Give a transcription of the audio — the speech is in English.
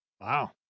Wow